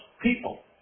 people